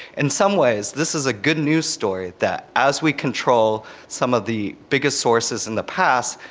in some ways this is a good news story that as we control some of the biggest sources in the past,